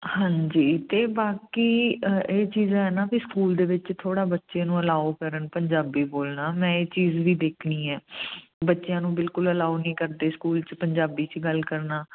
ਹਾਂਜੀ ਅਤੇ ਬਾਕੀ ਇਹ ਚੀਜ਼ ਹੈ ਨਾ ਵੀ ਸਕੂਲ ਦੇ ਵਿੱਚ ਥੋੜ੍ਹਾ ਬੱਚੇ ਨੂੰ ਅਲਾਓ ਕਰਨ ਪੰਜਾਬੀ ਬੋਲਣਾ ਮੈਂ ਇਹ ਚੀਜ਼ ਵੀ ਦੇਖਣੀ ਹੈ ਬੱਚਿਆਂ ਨੂੰ ਬਿਲਕੁਲ ਅਲਾਉ ਨਹੀਂ ਕਰਦੇ ਸਕੂਲ 'ਚ ਪੰਜਾਬੀ 'ਚ ਗੱਲ ਕਰਨਾ